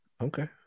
Okay